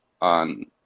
on